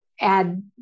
add